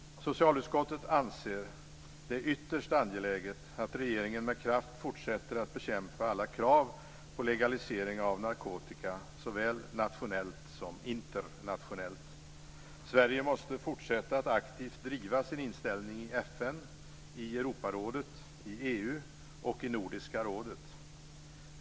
Socialutskottet anser det som ytterst angeläget att regeringen med kraft fortsätter att bekämpa alla krav på legalisering av narkotika såväl nationellt som internationellt. Sverige måste fortsätta att aktivt driva sin inställning i FN, i Europarådet, i EU och i Nordiska rådet.